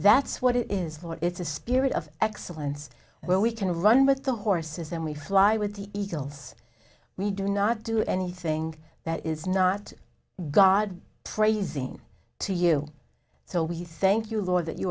that's what it is for it's a spirit of excellence where we kind of run with the horses and we fly with the eagles we do not do anything that is not god praising to you so we sank you lower that you